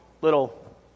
little